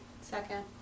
Second